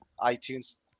iTunes